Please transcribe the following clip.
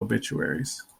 obituaries